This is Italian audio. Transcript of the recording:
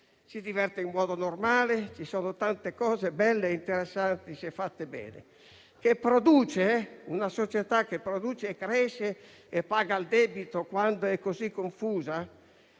Si diverte in modo normale e ci sono tante cose belle e interessanti, se fatte bene. È una società che produce, cresce e paga il debito, quando è così confusa?